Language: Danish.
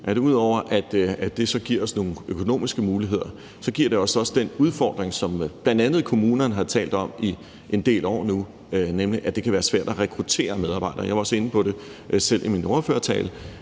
ud over at det så giver os nogle økonomiske muligheder, giver det os også den udfordring, som bl.a. kommunerne har talt om i en del år nu, nemlig at det kan være svært at rekruttere medarbejdere. Jeg var også selv inde på det i min ordførertale,